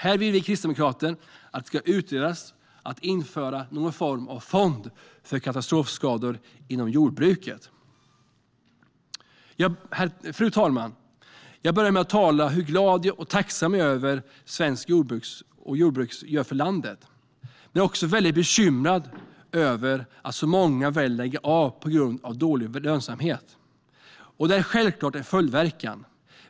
Här vill vi kristdemokrater att det ska utredas om man kan införa någon form av fond för katastrofskador inom jordbruket. Fru talman! Jag började med att tala om hur glad och tacksam jag är över vad det svenska jordbruket gör för landet. Men jag är också bekymrad över att många väljer att lägga ned på grund av dålig lönsamhet. Det har självklart en följdverkan.